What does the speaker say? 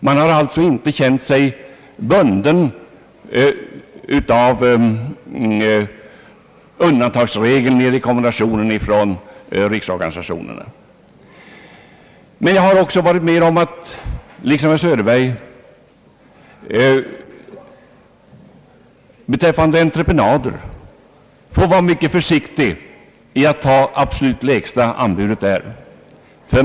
Vi har alltså inte känt oss bundna av undantagsregeln i rekommendationen från riksorganisationerna. Men jag har också varit med om att liksom herr Söderberg vid entreprenader vara mycket försiktig med att ta det absolut lägsta anbudet.